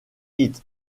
heath